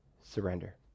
surrender